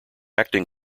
acting